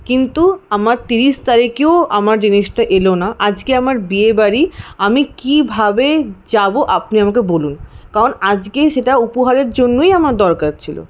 কিন্তু আমার তিরিশ তারিখেও আমার জিনিসটা এলো না আজকে আমার বিয়েবাড়ি আমি কীভাবে যাবো আপনি আমাকে বলুন কারণ আজকেই সেটা উপহারের জন্যই আমার দরকার ছিল